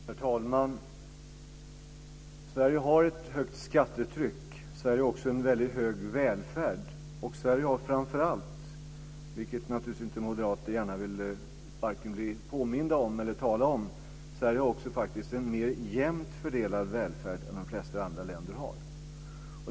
Herr talman! Sverige har ett högt skattetryck. Sverige har också en hög välfärd. Sverige har framför allt, vilket moderater naturligtvis inte gärna vill varken bli påminda om eller tala om, en mer jämnt fördelad välfärd än de flesta andra länder har.